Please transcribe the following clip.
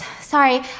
Sorry